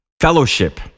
fellowship